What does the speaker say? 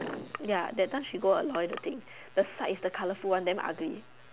ya that time she go and toy the thing I think the slides the colourful one damn ugly